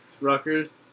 Rutgers